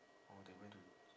oh they went to